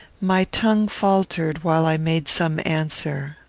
my tongue faltered while i made some answer.